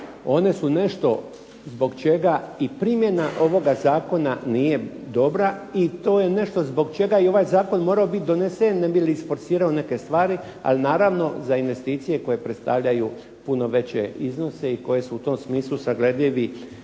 One su nešto zbog čega i primjena ovoga zakona nije dobra i to je nešto zbog čega je i ovaj zakon morao bit donesen ne bi li isforsirao neke stvari, ali naravno za investicije koje predstavljaju puno veće iznose i koje su u tom smislu sagledivi